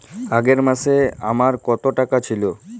আগের মাসে আমার কত টাকা ছিল?